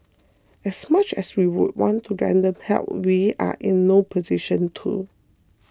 as much as we would want to render help we are in no position to